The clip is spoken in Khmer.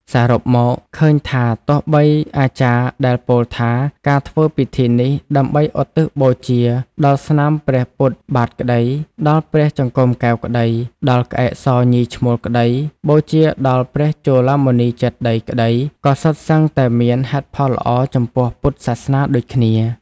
សរុបមក ឃើញថា ទោះបីអាចារ្យដែលពោលថា "ការធ្វើពិធីនេះ ដើម្បីឧទ្ទិសបូជា ដល់ស្នាមព្រះពុទ្ធបាទក្តី ដល់ព្រះចង្កូមកែវក្តី ដល់ក្អែកសញីឈ្មោលក្តី បូជាដល់ព្រះចូឡាមណីចេតិយក្តី” ក៏សុទ្ធសឹងតែមាន ហេតុផលល្អចំពោះពុទ្ធសាសនាដូចគ្នា ។